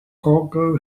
cargo